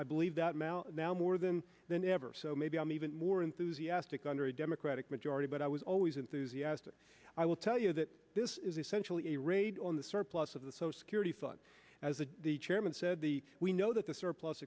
i believe that mel now more than than ever so maybe i'm even more enthusiastic under a democratic majority but i was always enthusiastic i will tell you that this is essentially a raid on the surplus of the social security fund as the chairman said the we know that the surplus